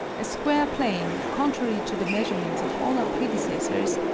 a square plane, contrary to the measurements of all our predecessors,